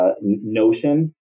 Notion